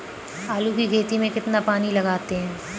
आलू की खेती में कितना पानी लगाते हैं?